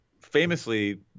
Famously